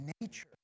nature